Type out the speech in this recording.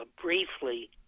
briefly